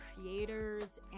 creators